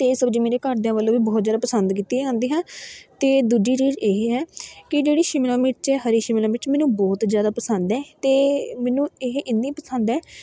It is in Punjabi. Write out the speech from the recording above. ਅਤੇ ਇਹ ਸਬਜ਼ੀ ਮੇਰੇ ਘਰਦਿਆਂ ਵੱਲੋਂ ਵੀ ਬਹੁਤ ਜ਼ਿਆਦਾ ਪਸੰਦ ਕੀਤੀ ਜਾਂਦੀ ਹੈ ਅਤੇ ਦੂਜੀ ਚੀਜ਼ ਇਹ ਹੈ ਕਿ ਜਿਹੜੀ ਸ਼ਿਮਲਾ ਮਿਰਚ ਹਰੀ ਸ਼ਿਮਲਾ ਮਿਰਚ ਮੈਨੂੰ ਬਹੁਤ ਜ਼ਿਆਦਾ ਪਸੰਦ ਹੈ ਅਤੇ ਮੈਨੂੰ ਇਹ ਇੰਨੀ ਪਸੰਦ ਹੈ